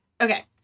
Okay